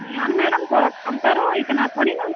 नहीं यार मैडम थोड़ा कम करो इतना थोड़ी ना